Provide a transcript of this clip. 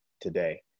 today